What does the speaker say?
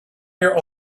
here